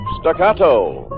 Staccato